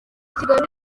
kigali